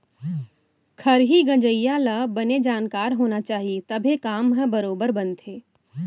खरही गंजइया ल बने जानकार होना चाही तभे काम ह बरोबर बनथे